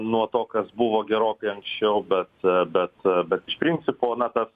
nuo to kas buvo gerokai anksčiau bet bet bet iš principo na tas